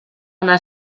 anar